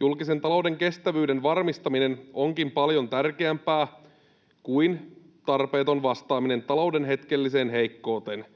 Julkisen talouden kestävyyden varmistaminen onkin paljon tärkeämpää kuin tarpeeton vastaaminen talouden hetkelliseen heikkouteen,